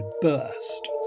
burst